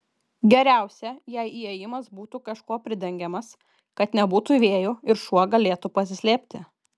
geriausia jei įėjimas būtų kažkuo pridengiamas kad nebūtų vėjų ir šuo galėtų pasislėpti